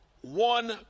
one